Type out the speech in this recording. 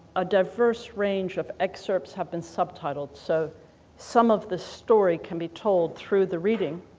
a diverse range of excerpts have been subtitled, so some of this story can be told through the reading.